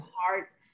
hearts